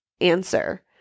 answer